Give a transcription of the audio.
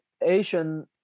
Asian